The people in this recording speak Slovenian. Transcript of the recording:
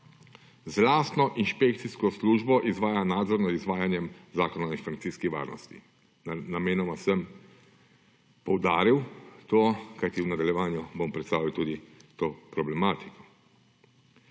Z lastno inšpekcijsko službo izvaja nadzor nad izvajanjem Zakona o informacijski varnosti; namenoma sem poudaril to, kajti v nadaljevanju bom predstavil tudi to problematiko.